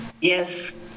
Yes